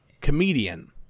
Comedian